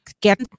get